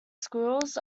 squirrels